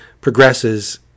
progresses